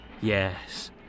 Yes